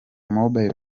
mobile